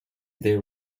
there